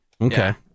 Okay